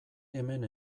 hemen